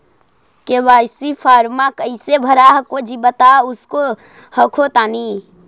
KYC फॉर्मा कैसे भरा हको जी बता उसको हको तानी?